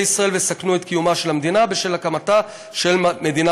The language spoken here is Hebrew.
ישראל ויסכנו את קיומה של המדינה בשל הקמתה של מדינה